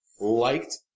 liked